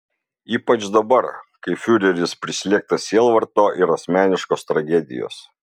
ypač dabar kai fiureris prislėgtas sielvarto ir asmeniškos tragedijos